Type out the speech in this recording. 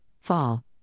fall